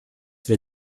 wir